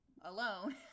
alone